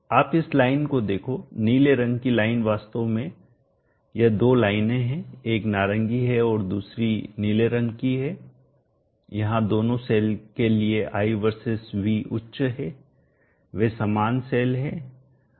आप इस लाइन को देखो नीले रंग की लाइन वास्तव में यह दो लाइनें हैं एक नारंगी है और दूसरी नीले रंग की है यहां दोनों सेल के लिए I वर्सेस V उच्च है वे समान सेल हैं